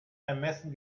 ermessen